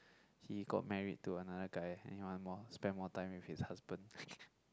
he got married to another guy and he want more spend more time with his husband